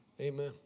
Amen